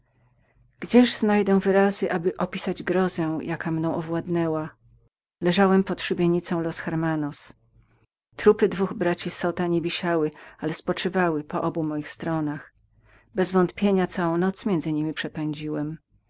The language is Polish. gdzież znajdę wyrazy aby opisać zgrozę jaka mnie owładnęła leżałem pod szubienicą los hermanos trupy dwóch braci zota nie wisiały ale spoczywały po obu moich stronach bezwątpienia całą noc między neminiemi przepędziłem